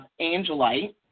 angelite